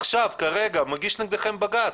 עכשיו כרגע מגיש נגדכם בג"צ,